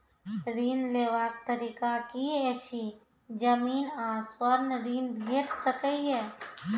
ऋण लेवाक तरीका की ऐछि? जमीन आ स्वर्ण ऋण भेट सकै ये?